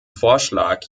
vorschlag